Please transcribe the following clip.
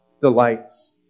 delights